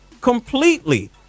completely